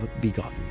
Begotten